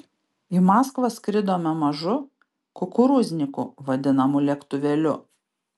į maskvą skridome mažu kukurūzniku vadinamu lėktuvėliu